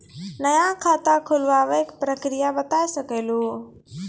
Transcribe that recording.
नया खाता खुलवाए के प्रक्रिया बता सके लू?